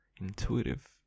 intuitive